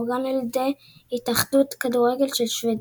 שאורגן על ידי התאחדות הכדורגל של שוודיה.